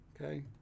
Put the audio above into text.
okay